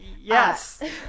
Yes